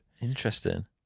interesting